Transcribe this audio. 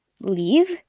Leave